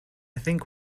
think